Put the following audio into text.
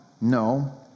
No